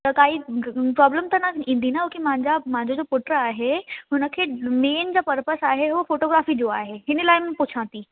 त काई प्रॉब्लम त न ईंदी ना कयो की मुंहिंजा मुंहिंजा जो पुटु आहे हुन खे मेन जो पर्पस आहे उहो फोटोग्राफी जो आहे हिन लाइ मां पुछां थी